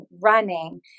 running